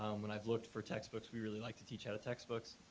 when i have looked for text books, we really like to teach out of text books,